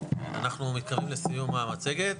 אנחנו מתקרבים לסיום המצגת.